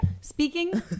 Speaking